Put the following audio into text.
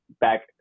back